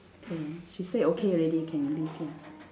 K she said okay already can leave ya